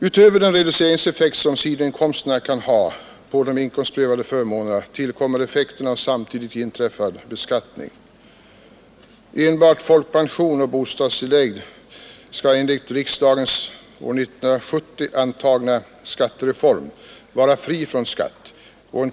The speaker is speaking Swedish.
Utöver den reduceringseffekt som sidoinkomsterna kan ha på de inkomstprövade förmånerna kommer effekten av samtidigt inträffad beskattning. Enbart folkpension och bostadstillägg skall enligt riksdagens år 1970 antagna skattereform vara fria från skatt.